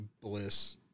Bliss